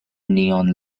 neon